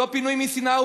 הוא לא פינוי משנאה,